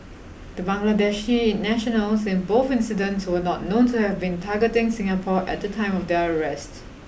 the Bangladeshi nationals in both incidents were not known to have been targeting Singapore at the time of their arrests